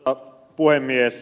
arvoisa puhemies